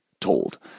told